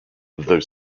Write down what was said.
though